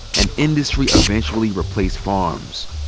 and industry eventually replaced farms.